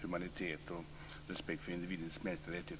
humanitet och respekt för individens rättigheter.